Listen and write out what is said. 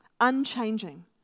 unchanging